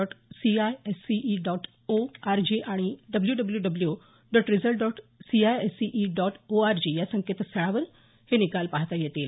dot C I S C E dot O R G आणि W W W dot result dot C I S C E dot O R G या संकेतस्थळावर हे निकाल पाहता येतील